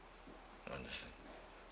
understand